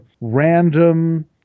random